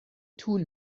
طول